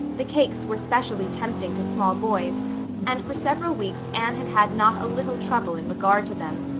the cakes were specially tempting to small boys and for several weeks anne had had not a little trouble in regard to them.